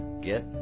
Get